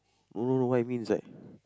no no no what I mean is like